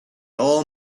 all